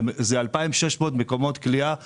אלה 2,600 מקומות כליאה במגידו.